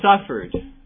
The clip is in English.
suffered